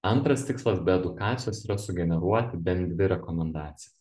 antras tikslas be edukacijos yra sugeneruoti bent dvi rekomendacijas